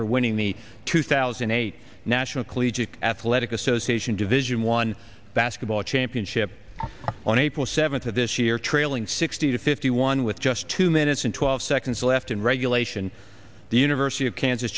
for winning the two thousand and eight national collegiate athletic association division one basketball championship on april seventh of this year trailing sixty to fifty one with just two minutes and twelve seconds left in regulation the university of kansas